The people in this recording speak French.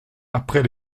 après